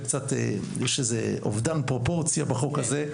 יש איזה אובדן פרופורציה בחוק הזה,